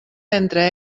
entre